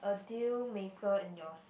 a deal maker in your s~